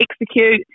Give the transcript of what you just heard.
execute